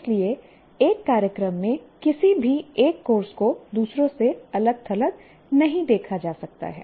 इसलिए एक कार्यक्रम में किसी भी एक कोर्स को दूसरों से अलग थलग नहीं देखा जा सकता है